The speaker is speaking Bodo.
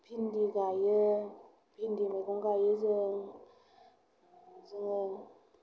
भिन्दि गायो भिन्दि मैगं गायो जों